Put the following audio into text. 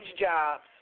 jobs